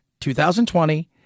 2020